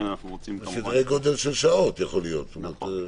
סדרי גודל של שעות, יכול להיות.